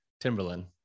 Timberland